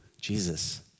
Jesus